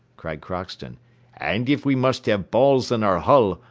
cried crockston and, if we must have balls in our hull,